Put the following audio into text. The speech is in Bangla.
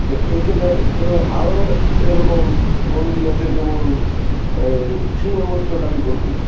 তো এখানে ধরুন আরও এরকম মন্দির আছে যেমন এই ছিন্নমস্তা কালী মন্দির